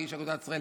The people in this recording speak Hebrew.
כאיש אגודת ישראל,